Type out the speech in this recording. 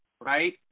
right